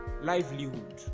livelihood